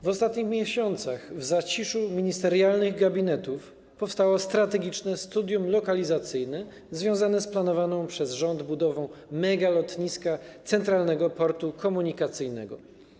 W ostatnich miesiącach w zaciszu ministerialnych gabinetów powstało strategiczne studium lokalizacyjne związane z planowaną przez rząd budową megalotniska, Centralnego Portu Komunikacyjnego.